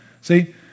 See